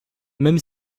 même